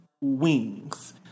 wings